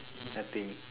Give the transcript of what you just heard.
nothing